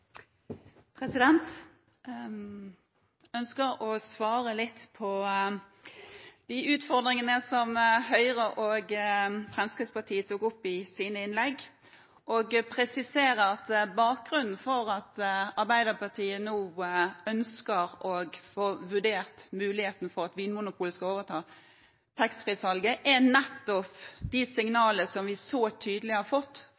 ønsker å svare litt på de utfordringene som Høyre og Fremskrittspartiet tok opp i sine innlegg, og presisere at bakgrunnen for at Arbeiderpartiet nå ønsker å få vurdert muligheten for at Vinmonopolet skal overta taxfree-salget, nettopp er de tydelige signalene vi har fått